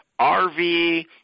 rv